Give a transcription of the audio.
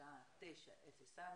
השעה 9:04,